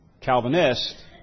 Calvinist